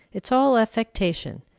it's all affectation.